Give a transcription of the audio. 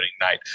night